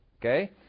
Okay